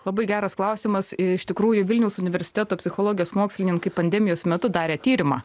labai geras klausimas iš tikrųjų vilniaus universiteto psichologijos mokslininkai pandemijos metu darė tyrimą